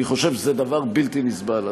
אני חושב שזה דבר בלתי נסבל.